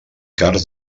cars